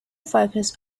focus